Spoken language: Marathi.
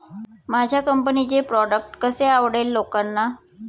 माझ्या कंपनीचे प्रॉडक्ट कसे आवडेल लोकांना?